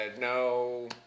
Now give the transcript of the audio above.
no